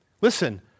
Listen